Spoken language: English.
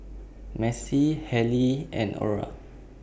Maci Hailey and Orra